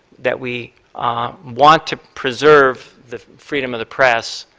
that we want to preserve the freedom of the press,